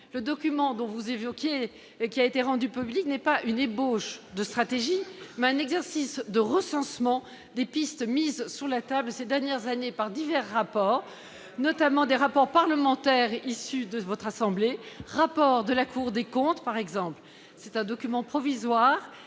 le document que vous évoquez et qui a été rendu public n'est pas une ébauche de stratégie, mais un exercice de recensement des pistes mises sur la table ces dernières années ... Rien à voir !... par divers rapports, notamment des rapports parlementaires issus de votre Haute Assemblée ou de la Cour des comptes. Il s'agit donc d'un document provisoire